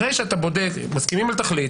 אני מסכים על התכלית,